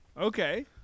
Okay